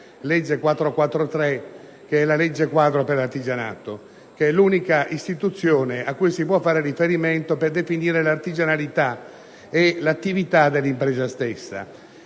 legge n. 443 del 1985 (legge quadro per l'artigianato), che è l'unica istituzione a cui si può fare riferimento per definire l'artigianalità e l'attività dell'impresa stessa.